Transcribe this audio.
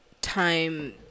time